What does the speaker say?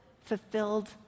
fulfilled